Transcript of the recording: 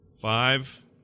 Five